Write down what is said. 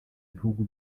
ibihugu